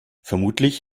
vermutlich